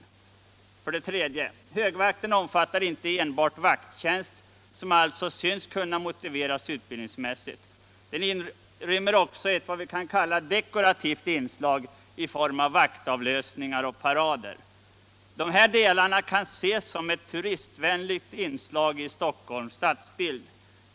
m.m. För det tredje: Högvakten omfattar inte enbart vakttjänst, som alltså synes kunna motiveras utbildningsmässigt. Den inrymmer också ett mer ”dekorativt” inslag i form av vaktavlösningar och parader. Dessa delar kan ses som ett turistvänligt inslag i Stockholms stadsbild.